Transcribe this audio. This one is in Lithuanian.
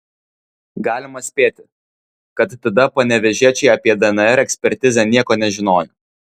galima spėti kad tada panevėžiečiai apie dnr ekspertizę nieko nežinojo